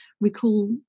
recall